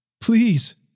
please